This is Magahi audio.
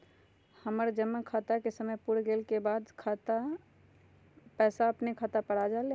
हमर जमा पैसा के समय पुर गेल के बाद पैसा अपने खाता पर आ जाले?